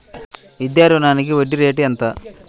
విద్యా రుణానికి వడ్డీ రేటు ఎంత?